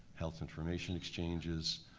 health information exchanges,